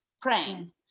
praying